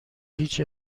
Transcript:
هیچ